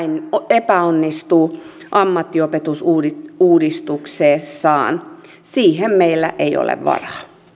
epäonnistuu ammattiopetusuudistuksessaan siihen meillä ei ole varaa